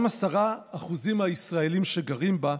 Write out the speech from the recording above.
גם 10% מהישראלים, שגרים בה,